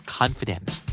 confidence